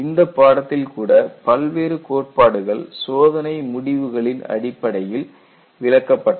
இந்த பாடத்தில் கூட பல்வேறு கோட்பாடுகள் சோதனை முடிவுகளின் அடிப்படையில் விளக்கப்பட்டது